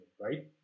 right